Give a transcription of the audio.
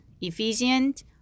Ephesians